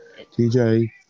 TJ